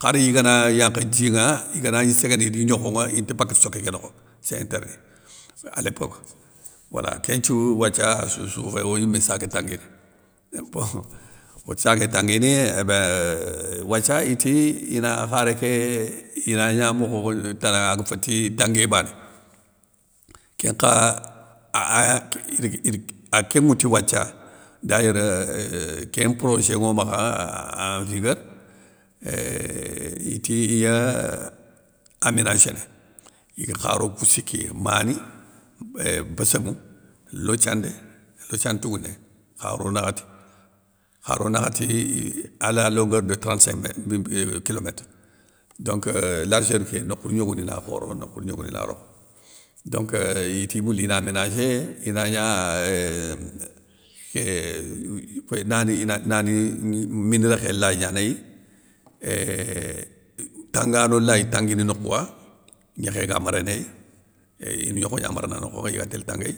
khari igana yankha djinŋa, igana gni séguéné idi gnokhonŋa inta bakati soké ké nokho sé interdi, a lépoque, wala kénthiou wathia assousssou fay oyimé sagué tanguini euh bon ossagué tanguini ébeinn wathia iti ina kharé ké eeuuhh ina gna mokho tana aga féti tanguiyé bané, kén nka id id ah kén ŋwouti wathia, dayeur euuhh kén nprogé nŋo makha en vigueur euuh itiya aménagéné igue kharou kou siki, mani, éuuh béssénŋou, lothiandé, lothiandé tougouné, kharou nakhati, kharou nakhati alé a longeur de trente cinq métre kilométre, donc largeur ké nokhouni yogoni na khoro nokhouni yogoni na rokho donc itiye mouli na aménagé ina gna na ni nani mini rékhé lay gnanéy, éuuhh tangano lay tanguini nokhouwa, gnékhé ga mérénéy éuuh ine gnokho gna marana a nokhonŋa iga tél tanguéy.